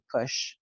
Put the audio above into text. push